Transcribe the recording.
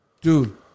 Dude